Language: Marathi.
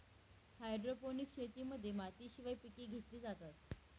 हायड्रोपोनिक्स शेतीमध्ये मातीशिवाय पिके घेतली जातात